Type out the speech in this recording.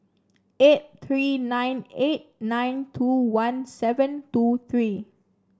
eight three nine eight nine two one seven two three